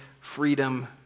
freedom